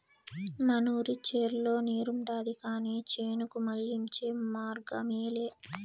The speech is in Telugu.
మనూరి చెర్లో నీరుండాది కానీ చేనుకు మళ్ళించే మార్గమేలే